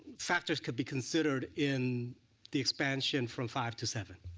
factors could be considered in the expansion from five to seven?